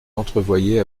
entrevoyait